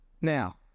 Now